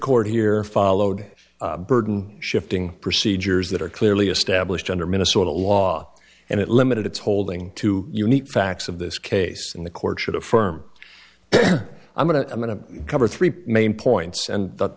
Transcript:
court here followed burden shifting procedures that are clearly established under minnesota law and it limited its holding to unique facts of this case in the court should affirm i'm going to i'm going to cover three main points and the